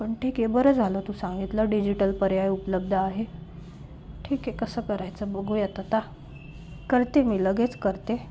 पण ठीक आहे बरं झालं तू सांगितलं डिजिटल पर्याय उपलब्ध आहे ठीक आहे कसं करायचं बघुयात आता करते मी लगेच करते